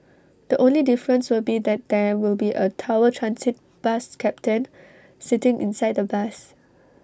the only difference will be that there will be A tower transit bus captain sitting inside the bus